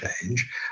change